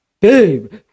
babe